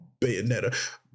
Bayonetta